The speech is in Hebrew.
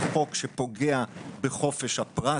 זה חוק שפוגע בחופש הפרט,